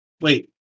Wait